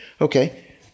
Okay